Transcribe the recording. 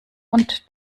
und